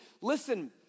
listen